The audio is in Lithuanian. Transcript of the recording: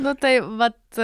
nu tai vat